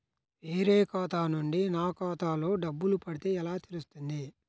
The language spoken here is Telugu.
వేరే ఖాతా నుండి నా ఖాతాలో డబ్బులు పడితే ఎలా తెలుస్తుంది?